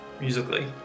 musically